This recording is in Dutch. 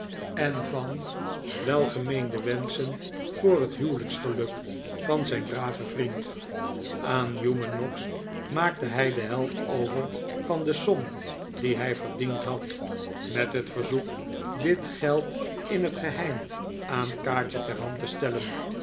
en van welgemeende wenschen voor het huwelijksgeluk van zijn braven vriend aan newman noggs maakte hij de helft over van de som die hij verdiend had met het verzoek dit geld in het geheim aan kaatje ter hand te stellen